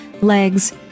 legs